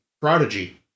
Prodigy